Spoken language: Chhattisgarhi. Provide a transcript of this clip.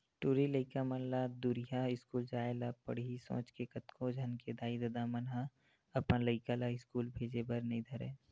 टूरी लइका मन ला दूरिहा इस्कूल जाय ल पड़ही सोच के कतको झन के दाई ददा मन ह अपन लइका ला इस्कूल भेजे बर नइ धरय